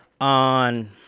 on